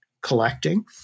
collecting